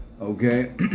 Okay